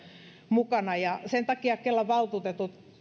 mukana ja sen takia kelan valtuutetut